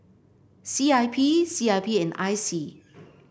C I P C I P and I C